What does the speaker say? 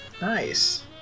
Nice